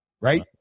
right